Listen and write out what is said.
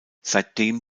seitdem